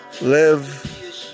Live